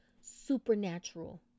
supernatural